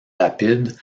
rapide